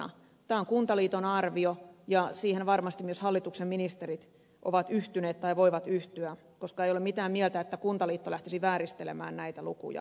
tämä on kuntaliiton arvio ja siihen varmasti myös hallituksen ministerit ovat yhtyneet tai voivat yhtyä koska ei ole mitään mieltä siinä että kuntaliitto lähtisi vääristelemään näitä lukuja